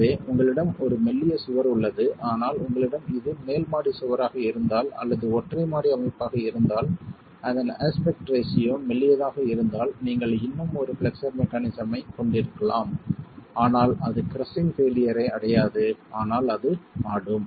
எனவே உங்களிடம் ஒரு மெல்லிய சுவர் உள்ளது ஆனால் உங்களிடம் இது மேல் மாடிச் சுவராக இருந்தால் அல்லது ஒற்றை மாடி அமைப்பாக இருந்தால் அதன் அஸ்பெக்ட் ரேஷியோ மெல்லியதாக இருந்தால் நீங்கள் இன்னும் ஒரு பிளக்ஸர் மெக்கானிஸம் ஐக் கொண்டிருக்கலாம் ஆனால் அது கிரஸ்ஸிங் பெயிலியர் ஐ அடையாது ஆனால் அது ஆடும்